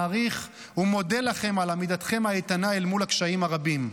מעריך ומודה לכם על עמידתכם האיתנה אל מול הקשיים הרבים.